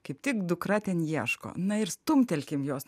kaip tik dukra ten ieško na ir stumtelkim juos